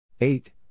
Eight